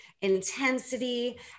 intensity